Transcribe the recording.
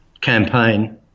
campaign